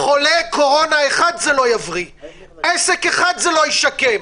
חולה קורנה אחד זה לא יבריא, עסק אחד זה לא ישקם.